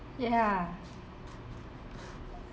ya